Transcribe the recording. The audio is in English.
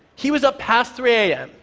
he was up past three am,